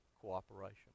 cooperation